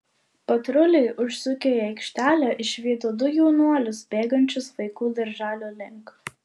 patruliai užsukę į aikštelę išvydo du jaunuolius bėgančius vaikų darželio link